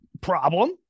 problem